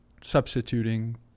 substituting